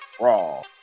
raw